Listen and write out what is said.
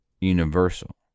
universal